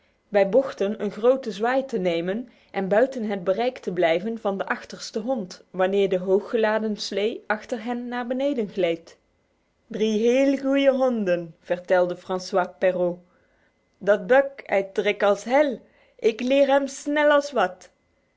bij bochten een grote zwaai te nemen en buiten het bereik te blijven van de achterste hond wanneer de hooggeladen slee achter hen naar beneden gleed drie heel goeie honden vertelde francois perrault dat buck hij trek als hel ik leer hem snel als wat